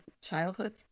childhood